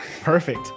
perfect